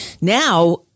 Now